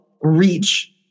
reach